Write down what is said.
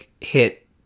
Hit